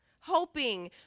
hoping